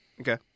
Okay